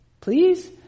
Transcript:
Please